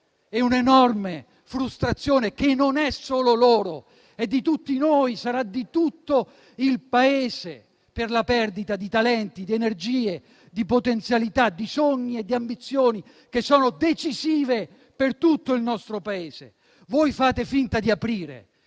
e un'enorme frustrazione, che non è solo loro ma di tutti noi, di tutto il Paese, per la perdita di talenti, di energie, di potenzialità, di sogni e ambizioni che sono decisive per tutti. Voi fate finta di aprire,